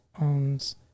owns